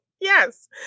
yes